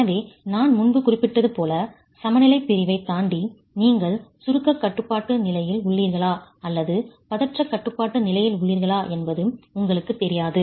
எனவே நான் முன்பு குறிப்பிட்டது போல சமநிலைப் பிரிவைத் தாண்டி நீங்கள் சுருக்கக் கட்டுப்பாட்டு நிலையில் உள்ளீர்களா அல்லது பதற்றக் கட்டுப்பாட்டு நிலையில் உள்ளீர்களா என்பது உங்களுக்குத் தெரியாது